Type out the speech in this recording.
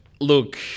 Look